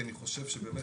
כי אני חושב שבאמת,